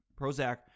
Prozac